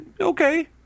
Okay